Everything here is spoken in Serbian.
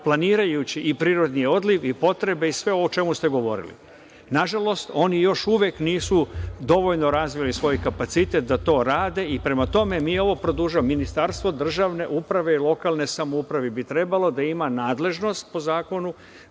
planirajući i prirodni odliv i potrebe i sve ovo o čemu ste govorili. Nažalost, oni još uvek nisu dovoljno razvili svoj kapacitet da to rade i, prema tome, mi ovo produžavamo. Ministarstvo državne uprave i lokalne samouprave bi trebalo da ima nadležnost, po zakonu,